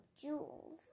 jewels